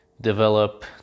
develop